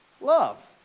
Love